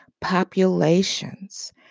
populations